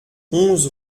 onze